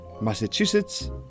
Massachusetts